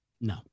No